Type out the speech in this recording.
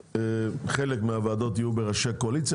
חלק מהוועדות יהיו בראשות חברי קואליציה